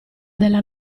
della